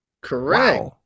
correct